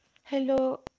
Hello